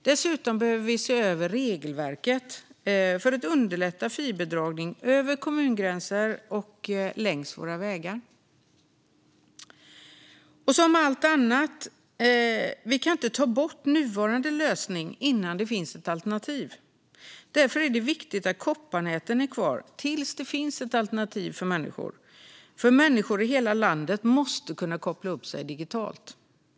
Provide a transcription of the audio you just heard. Dessutom behöver vi se över regelverket för att underlätta fiberdragning över kommungränser och längs våra vägar. Och som med allt annat kan vi inte ta bort den nuvarande lösningen innan det finns ett alternativ. Därför är det viktigt att kopparnäten är kvar tills det finns ett alternativ, för människor i hela landet måste kunna koppla upp sig digitalt.